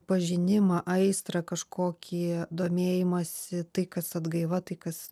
pažinimą aistra kažkokį domėjimąsi tai kas atgaiva tai kas